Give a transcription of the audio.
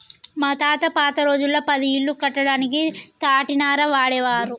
మా తాత పాత రోజుల్లో పది ఇల్లు కట్టడానికి తాటినార వాడేవారు